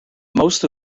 most